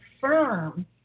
firm